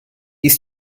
ist